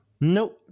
nope